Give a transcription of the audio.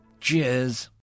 Cheers